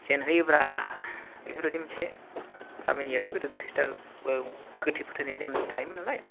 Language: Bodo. जेनहैयोब्रा बेफोरबायदि मोनसे गामिनियाथ' गोदो गोथै फोथायनाय नेम थायोमोन नालाय